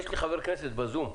יש לי חבר כנסת בזום,